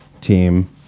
team